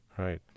Right